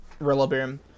Rillaboom